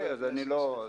סליחה.